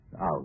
out